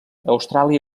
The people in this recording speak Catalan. austràlia